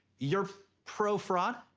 you're pro-fraud?